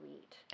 eat